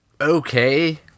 okay